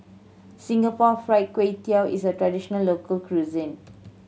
Singapore Fried Kway Tiao is a traditional local cuisine